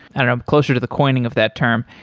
i don't know, but closer to the coining of that term.